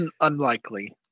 unlikely